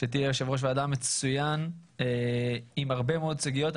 שתהיה יושב-ראש ועדה מצוין עם הרבה מאוד סוגיות.